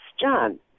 John